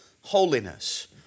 holiness